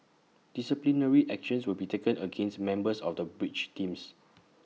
disciplinary action will be taken against members of the bridge teams